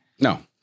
No